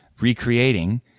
recreating